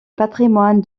patrimoine